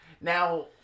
now